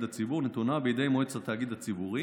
הציבור נתונה בידי מועצת התאגיד הציבורי